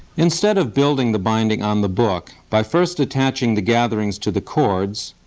instead of building the binding on the book by first attaching the gatherings to the cords,